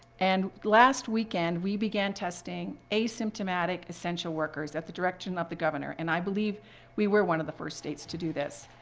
and last weekend, we began testing asymptomatic the central workers at the direction of the governor. and i believe we were one of the first states to do this.